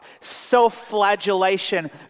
self-flagellation